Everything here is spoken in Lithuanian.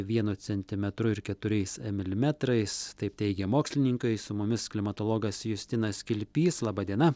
vienu centimetru ir keturiais milimetrais taip teigia mokslininkai su mumis klimatologas justinas kilpys laba diena